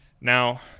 Now